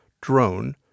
drone